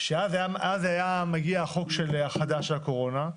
שאז היה מגיע החוק החדש של הקורונה,